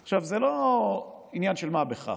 עכשיו, זה לא עניין של מה בכך.